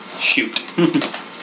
Shoot